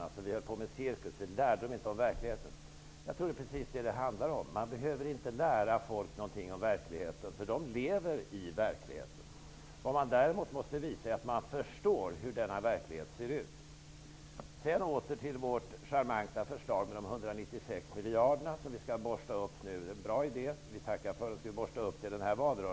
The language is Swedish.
Jag tror att det är precis det som det handlar om: Man behöver inte lära människor någonting om verkligheten -- de lever i verkligheten. Däremot måste man visa att man förstår hur denna verklighet ser ut. Åter till vårt charmanta förslag om att spara 196 miljarder. Det skall vi borsta upp nu till valrörelsen -- det är en bra idé, som vi tackar för.